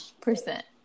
percent